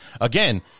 again